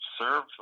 serve